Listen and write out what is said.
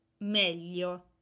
meglio